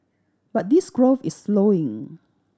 but this growth is slowing